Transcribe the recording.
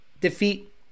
defeat